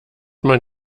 man